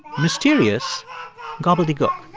mysterious gobbledygook